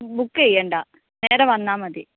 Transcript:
ബുക്കെയ്യണ്ടാ നേരെ വന്നാൽ മതി